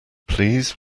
please